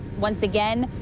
once again,